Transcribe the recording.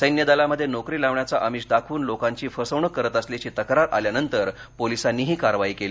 सैन्य दलामध्ये नोकरी लावण्याचे अमिष दाखवून लोकांची फसवणुक करत असल्याची तक्रार आल्यानंतर पोलिसांनी ही कारवाई केली